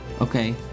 Okay